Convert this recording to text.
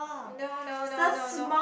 no no no no no